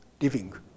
living